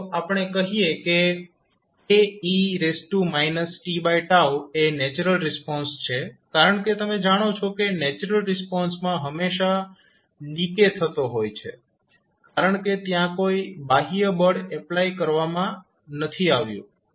ચાલો આપણે કહીએ કે Ae t એ નેચરલ રિસ્પોન્સ છે કારણકે તમે જાણો છો કે નેચરલ રિસ્પોન્સમાં હંમેશા ડીકે થતો હોય છે કારણકે ત્યાં કોઈ બાહ્ય બળ એપ્લાય કરવામાં નથી આવ્યું